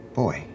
boy